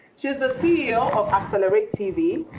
she is the ceo of accelerate tv,